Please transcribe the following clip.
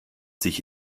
sich